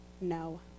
No